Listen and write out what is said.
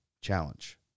challenge